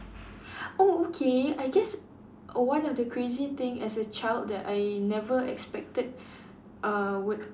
oh okay I guess one of the crazy thing as a child that I never expected uh would